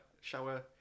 shower